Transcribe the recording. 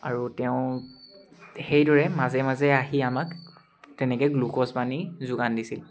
আৰু তেওঁ সেইদৰে মাজে মাজে আহি আমাক তেনেকে গ্লুক'জ পানী যোগান দিছিল